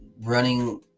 running